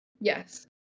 Yes